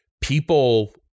people